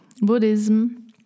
Buddhism